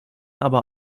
aber